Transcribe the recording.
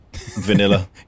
Vanilla